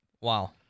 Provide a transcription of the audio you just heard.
Wow